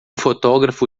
fotógrafo